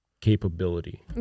capability